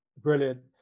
brilliant